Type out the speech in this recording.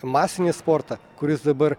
masinį sportą kuris dabar